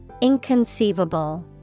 inconceivable